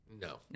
No